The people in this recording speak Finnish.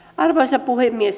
arvoisa puhemies